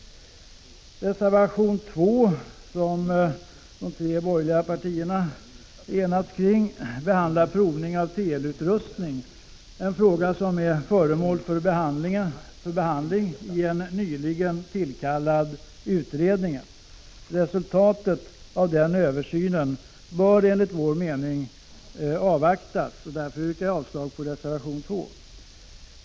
Reservation 2, som de tre borgerliga partierna har enats kring, gäller provning av teleutrustning, en fråga som är föremål för behandling i en nyligen tillkallad utredning. Resultatet av den översynen bör enligt vår uppfattning avvaktas. Jag yrkar därför avslag på reservation 2.